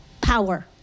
power